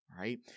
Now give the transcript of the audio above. right